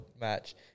match